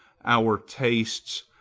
our tastes,